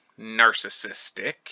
narcissistic